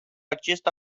acest